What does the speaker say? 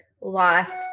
lost